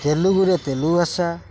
ତେଲୁଗୁରେ ତେଲୁଗ ଭାଷା